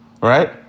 right